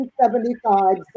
1975